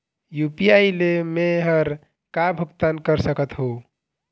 UPI ले मे हर का का भुगतान कर सकत हो?